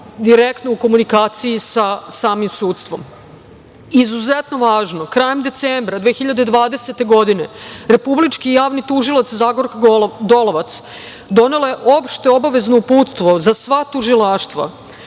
direktno u komunikaciji sa samim sudstvom. Izuzetno važno, krajem decembra 2020. godine, republički javni tužilaca Zagorka Dolovac, donela je opšte obavezno uputstvo za sva tužilaštva